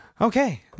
Okay